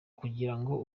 kugirango